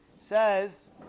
Says